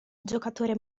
giocatore